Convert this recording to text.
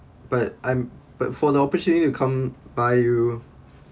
but I'm but for the opportunity to come by you